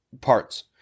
parts